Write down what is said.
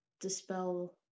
dispel